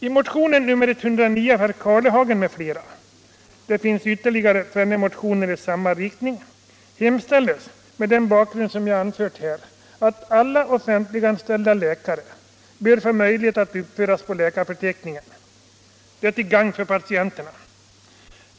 I motionen 109 av herr Karlehagen m.fl. — det finns ytterligare tvenne — Nr 32 motioner i samma riktning — hemställs mot den bakgrund jag anfört Tisdagen den att alla offentliganställda läkare skall få möjlighet att uppföras på lä 2 december 1975 karförteckningen. Det är till gagn för patienterna.